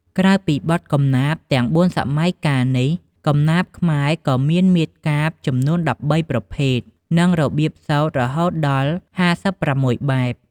ក្រៅពីបទកំណាព្យទាំងបួនសម័យកាលនេះ កំណាព្យខ្មែរក៏មាន មាត្រកាព្យ ចំនួន ១៣ ប្រភេទ និង របៀបសូត្រ រហូតដល់ ៥៦ បែប។